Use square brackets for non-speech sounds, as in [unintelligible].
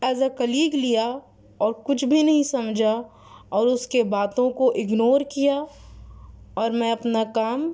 [unintelligible] لیا اور کچھ بھی نہیں سمجھا اور اس کے باتوں کو اگنور کیا اور میں اپنا کام